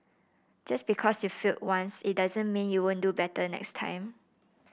just because you failed once it doesn't mean you won't do better next time